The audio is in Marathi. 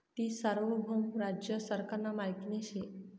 ती सार्वभौम राज्य सरकारना मालकीनी शे